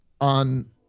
on